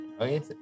Okay